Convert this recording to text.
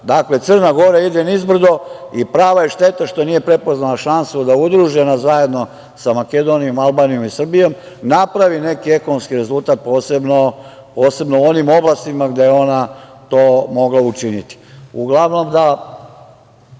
Dakle, Crna Gora ide nizbrdo i prava je šteta što nije prepoznala šansu da udružena zajedno sa Makedonijom, Albanijom i Srbijom napravi neki ekonomski rezultat, posebno u onim oblastima gde je ona to mogla učiniti. Da